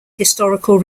historical